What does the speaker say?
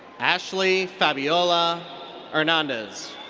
ashley fabiola hernandez.